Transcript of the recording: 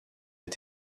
est